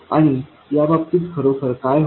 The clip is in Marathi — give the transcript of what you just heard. आणि याबाबतीत खरोखर काय होते